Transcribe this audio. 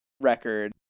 record